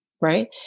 right